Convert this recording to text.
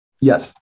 Yes